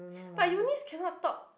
but Eunice cannot talk